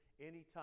anytime